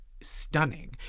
stunning